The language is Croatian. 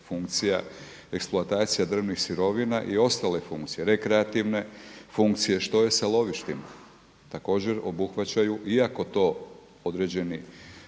funkcija eksploatacija drvnih sirovina i ostale funkcije, rekreativne funkcije. Što je sa lovištima? Također obuhvaćaju iako to određeni